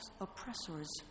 oppressors